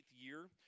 year